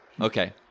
Okay